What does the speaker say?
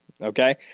Okay